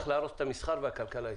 להרוס את המסחר ואת הכלכלה הישראלית.